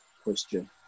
question